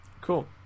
cool